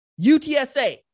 UTSA